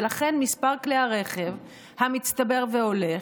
ולכן מספר כלי הרכב המצטבר והולך,